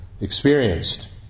experienced